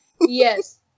Yes